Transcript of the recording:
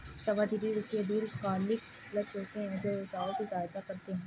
सावधि ऋण के दीर्घकालिक लक्ष्य होते हैं जो व्यवसायों की सहायता करते हैं